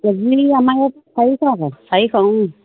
KG আমাৰ ইয়াত চাৰিশ আছে চাৰিশ